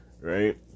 right